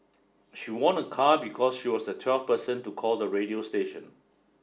she won a car because she was the twelfth person to call the radio station